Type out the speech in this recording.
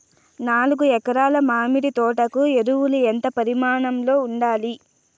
నాలుగు ఎకరా ల మామిడి తోట కు ఎరువులు ఎంత పరిమాణం లో ఉండాలి?